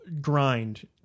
grind